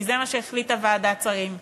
כי זה מה שהחליטה ועדת השרים,